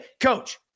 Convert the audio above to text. coach